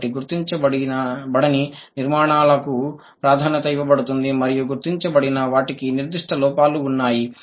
కాబట్టి గుర్తించబడని నిర్మాణాలకు ప్రాధాన్యత ఇవ్వబడుతుంది మరియు గుర్తించబడిన వాటికి నిర్దిష్ట లోపాలు ఉన్నాయి